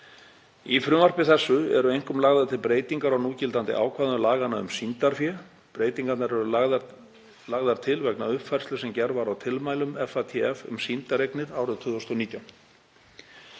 Í frumvarpi þessu eru einkum lagðar til breytingar á núgildandi ákvæðum laganna um sýndarfé. Breytingarnar eru lagðar til vegna uppfærslu sem gerð var á tilmælum FATF um sýndareignir árið 2019.